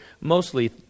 mostly